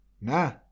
nah